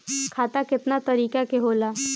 खाता केतना तरीका के होला?